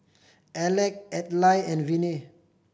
Alec Adlai and Viney